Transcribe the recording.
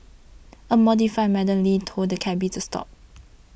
a horrified Madam Lin told cabby to stop